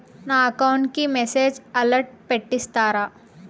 నా అకౌంట్ కి message alert పెట్టిస్తారా